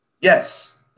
Yes